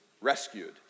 rescued